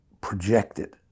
projected